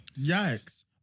Yikes